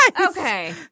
Okay